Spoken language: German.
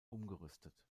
umgerüstet